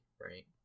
right